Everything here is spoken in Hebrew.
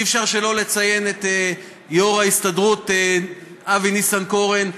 אי-אפשר שלא לציין את יו"ר ההסתדרות אבי ניסנקורן,